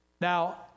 Now